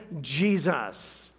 Jesus